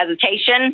hesitation